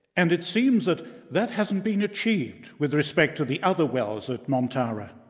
and it seems that that hasn't been achieved with respect to the other wells at montara.